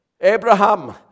Abraham